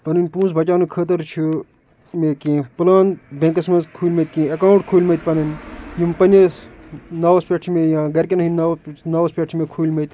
پَنٕنۍ پونٛسہٕ بچاونہٕ خٲطرٕ چھِ مےٚ کینٚہہ پٕلان بٮ۪نٛکس منٛز کھوٗلۍمٕتۍ پَنٕنۍ یِم پنٛنِس ناوَس پٮ۪ٹھ چھِ مےٚ یا گَرِکٮ۪ٮ۪ن ہِنٛدۍ ناوٕ ناوَس پٮ۪ٹھ چھِ مےٚ کھوٗلۍمٕتۍ